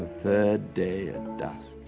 third day at dusk.